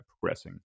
progressing